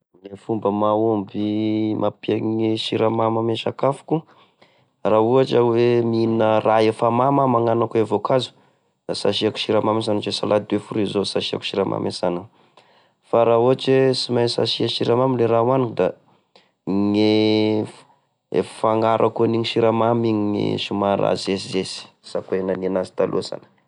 Gne fomba mahomby mampihena gne siramamy ame sakafoko raha ohatra hoe mihina raha efa mamy aho magnano akô e voankazo, da sy asiako siramamy sana salady de fruit zao sy asiako siramamy e sana,.fa raha ohatra hoe sy mainsy asia siramamy e ra oany da, gne, e fangaroko an'igny siramamy igny somary azesizesy sy akô e nagnina azy taloha sana.